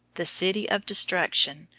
the city of destruction,